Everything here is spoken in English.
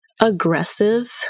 aggressive